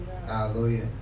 Hallelujah